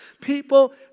People